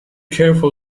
careful